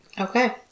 Okay